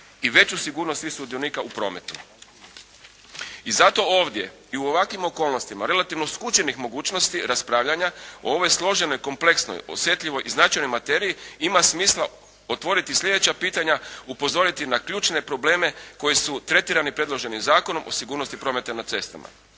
i veću sigurnost svih sudionika u prometu. I zato ovdje i u ovakvim okolnostima relativno skučenih mogućnosti raspravljanja o ovoj složenoj kompleksnoj, osjetljivoj i značajnoj materiji ima smisla otvoriti slijedeća pitanja, upozoriti na ključne probleme koji su tretirani predloženim Zakonom o sigurnosti prometa na cestama.